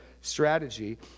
strategy